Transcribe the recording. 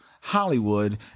Hollywood